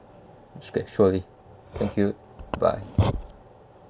surely thank you bye